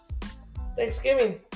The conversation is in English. Thanksgiving